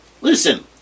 Listen